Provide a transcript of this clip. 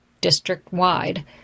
district-wide